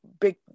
big